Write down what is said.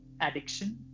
addiction